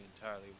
entirely